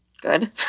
good